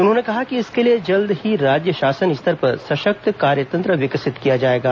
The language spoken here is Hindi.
उन्होंने कहा कि इसके लिए जल्द ही राज्य शासन स्तर पर सशक्त कार्यतंत्र विकसित किया जाएगा